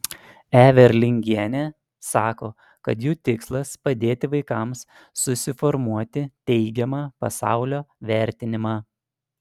everlingienė sako kad jų tikslas padėti vaikams susiformuoti teigiamą pasaulio vertinimą